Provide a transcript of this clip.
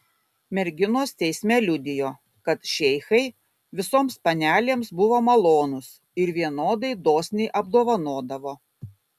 merginos teisme liudijo kad šeichai visoms panelėms buvo malonūs ir vienodai dosniai apdovanodavo